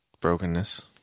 Brokenness